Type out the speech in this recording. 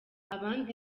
abandi